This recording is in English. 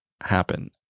happen